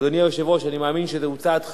אדוני היושב-ראש, אני מאמין שזה צעד חשוב,